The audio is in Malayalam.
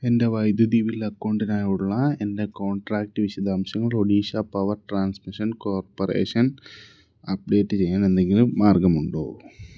എൻ്റെ വൈദ്യുതി ബിൽ അക്കൗണ്ടിനായുള്ള എൻ്റെ കോൺട്രാക്റ്റ് വിശദാംശങ്ങൾ Odisha power transmission corporation update ചെയ്യാൻ എന്തെങ്കിലും മാർഗമുണ്ടോ